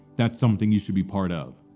that's something you should be part of.